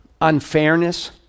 unfairness